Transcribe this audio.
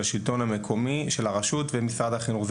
של הרשות המקומית ושל משרד החינוך.